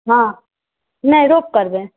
हँ नहि रोप करबै